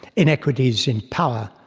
inequities in power,